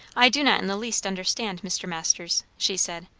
i do not in the least understand, mr. masters, she said.